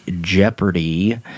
jeopardy